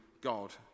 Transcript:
God